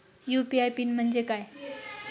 UPI PIN म्हणजे काय?